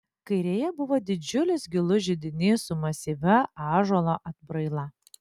kairėje buvo didžiulis gilus židinys su masyvia ąžuolo atbraila